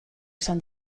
esan